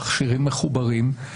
מכשירים מחוברים.